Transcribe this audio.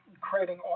creating